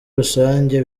rusange